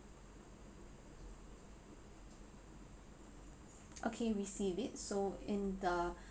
okay we received it so in the